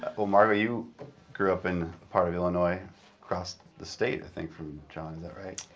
well, margo, you grew up in a part of illinois across the state, i think, from john. is that right?